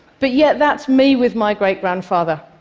but yet, that's me with my great-grandfather,